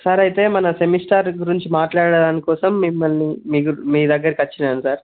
sir అయితే మన semester గురించి మాట్లాడటానికి కోసం మిమ్మల్ని మీ దగ్గరకి వచ్చినాను సార్